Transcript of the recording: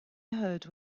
heard